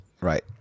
right